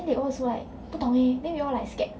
then they all also like 不懂 leh then we all like scared